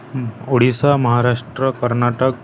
Odisha Maharashtra Karnataka